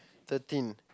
thirteen